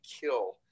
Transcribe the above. kill